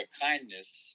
kindness